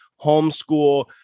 homeschool